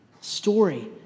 story